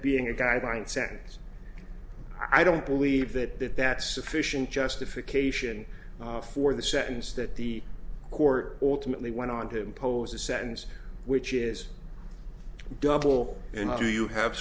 being a guideline sentence i don't believe that that that's sufficient justification for the sentence that the court alternately went on to impose a sentence which is double and do you have